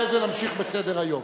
אחרי זה נמשיך בסדר-היום.